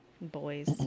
Boys